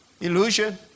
Illusion